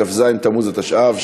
כ"ז בתמוז התשע"ו,